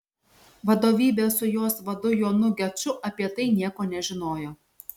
vadovybė su jos vadu jonu geču apie tai nieko nežinojo